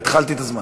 התחלתי את הזמן.